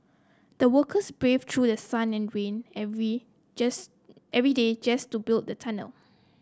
the workers braved through the sun and rain every every day just to build the tunnel